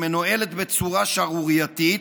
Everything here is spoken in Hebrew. שמנוהלת בצורה שערורייתית,